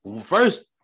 first